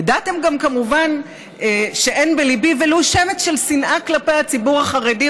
ידעתם גם כמובן שאין בליבי ולו שמץ של שנאה כלפי הציבור החרדי,